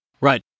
Right